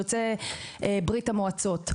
יוצאי ברית המועצות.